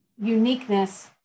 uniqueness